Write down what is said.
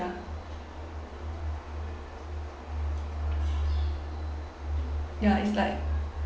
ya ya it's like